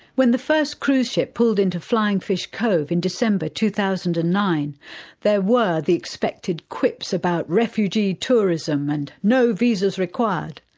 when the first cruise ship pulled into flying fish cove in december two thousand and nine there were the expected quips about refugee tourism and no visas required.